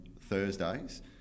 Thursdays